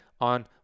on